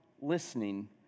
listening